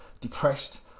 depressed